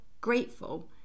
grateful